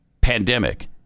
pandemic